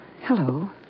Hello